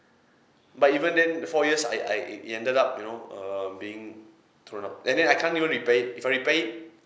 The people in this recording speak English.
but even then the four years I I it it ended up you know err being thrown out and then I can't even repair it if I repair it